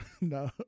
No